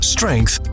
Strength